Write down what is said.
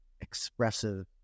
expressive